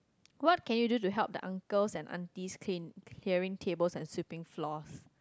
what can do you do help the uncles and aunties clean clearing tables and sweeping floors